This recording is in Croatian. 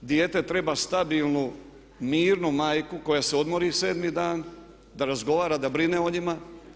Dijete treba stabilnu mirnu majku koja se odmori 7. dan, da razgovara da brine o njima.